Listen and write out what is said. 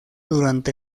durante